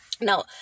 Now